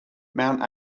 mount